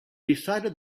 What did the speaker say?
decided